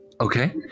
okay